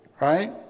right